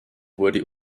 wurde